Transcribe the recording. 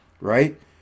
right